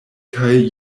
kaj